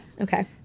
Okay